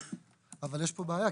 אבל יש פה בעיה,